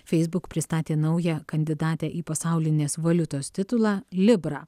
facebook pristatė naują kandidatę į pasaulinės valiutos titulą libra